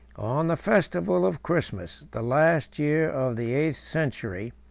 on the festival of christmas, the last year of the eighth century,